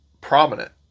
prominent